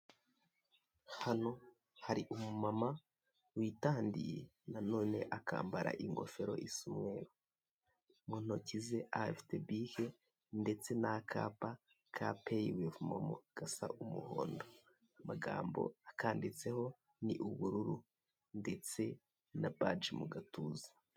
Hano hari umumama witandiye na none akambara ingofero isa umweru, mu ntoki ze ahafite bike ndetse n'akapa ka peyi wive momo gasa umuhondo, amagambo akanditseho ni ubururu ndetse na baje mu gatuza.